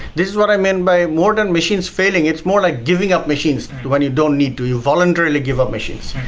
this is what i mean by more than machines failing. it's more like giving up machines when you don't need to. you voluntarily give up machines.